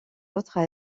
autres